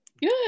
Good